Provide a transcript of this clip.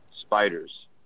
spiders